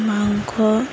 মাংস